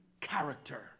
character